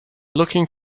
looking